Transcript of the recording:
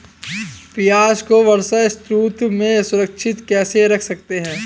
प्याज़ को वर्षा ऋतु में सुरक्षित कैसे रख सकते हैं?